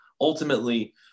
ultimately